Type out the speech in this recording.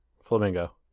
flamingo